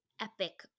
epic